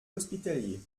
hospitalier